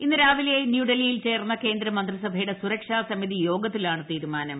ഇന്ന് രാവിലെ ന്യൂഡൽഹീയ്യിൽ ചേർന്ന കേന്ദ്രമന്ത്രിസഭയുടെ സുരക്ഷാ സമിതിയോഗത്തിലാണ് തീരുമാനം